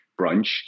brunch